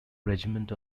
regiment